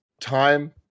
time